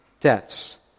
debts